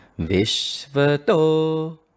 Vishvato